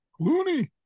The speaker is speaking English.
Clooney